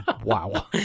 wow